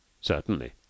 Certainly